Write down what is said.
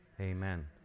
amen